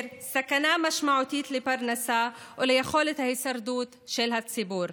סכנה משמעותית לפרנסה וליכולת ההישרדות של הציבור.